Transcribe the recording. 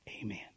Amen